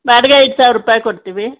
ಬಾಡಿಗೆ ಐದು ಸಾವಿರ ರೂಪಾಯಿ ಕೊಡ್ತೀವಿ